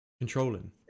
Controlling